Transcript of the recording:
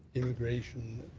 immigration,